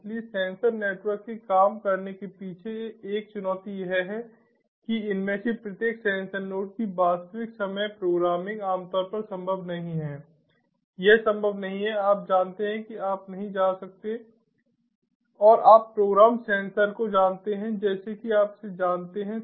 इसलिए sensor network के काम करने के पीछे एक चुनौती यह है कि इनमें से प्रत्येक सेंसर नोड्स की वास्तविक समय प्रोग्रामिंग आमतौर पर संभव नहीं है यह संभव नहीं है आप जानते हैं कि आप नहीं जा सकते हैं और आप प्रोग्राम सेंसर को जानते हैं जैसे कि आप इसे जानते हैं